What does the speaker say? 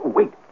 Wait